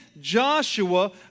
Joshua